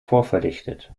vorverdichtet